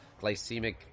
glycemic